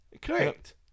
correct